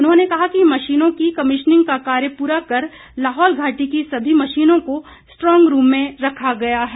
उन्होंने कहा कि मशीनों की कमिशनिंग का कार्य पूरा कर लाहौल घाटी की सभी मशीनों को स्ट्रॉन्ग रूम में रखा गया है